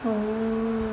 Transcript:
oh